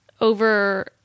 Over